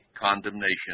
condemnation